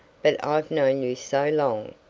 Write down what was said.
but i've known you so long.